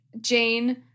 Jane